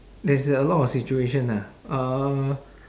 there's a a lot of situation ah uh